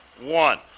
One